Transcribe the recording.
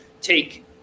take